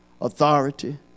Authority